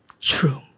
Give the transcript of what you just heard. true